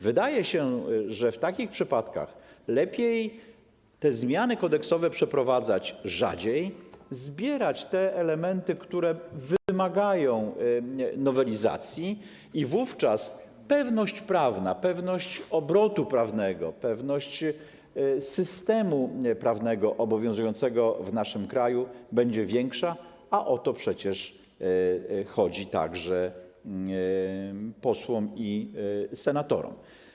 Wydaje się, że w takich przypadkach lepiej te zmiany kodeksowe przeprowadzać rzadziej, zbierać te elementy, które wymagają nowelizacji, i wówczas pewność prawna, pewność obrotu prawnego, pewność systemu prawnego obowiązującego w naszym kraju będzie większa, a o to przecież chodzi także posłom i senatorom.